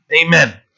amen